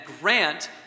grant